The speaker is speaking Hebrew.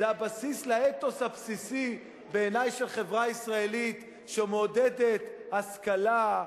זה הבסיס לאתוס הבסיסי בעיני של חברה ישראלית שמעודדת השכלה,